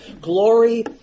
Glory